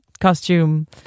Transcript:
costume